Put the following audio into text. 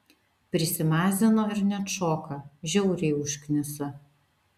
prisimazino ir neatšoka žiauriai užknisa